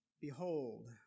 Behold